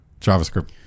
JavaScript